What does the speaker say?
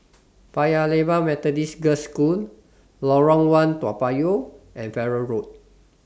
Paya Lebar Methodist Girls' School Lorong one Toa Payoh and Farrer Road